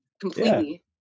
completely